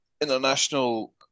international